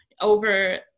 over